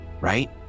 right